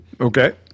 Okay